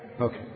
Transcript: Okay